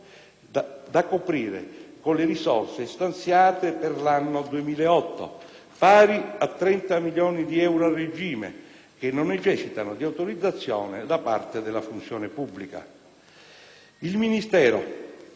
da coprire con le risorse stanziate per l'anno 2008, pari a 30 milioni di euro a regime, che non necessitano di autorizzazioni da parte della Funzione pubblica. Il Ministero,